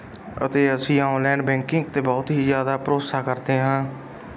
ਅਤੇ ਅਸੀਂ online banking 'ਤੇ ਬਹੁਤ ਹੀ ਜ਼ਿਆਦਾ ਭਰੋਸਾ ਕਰਦੇ ਹਾਂ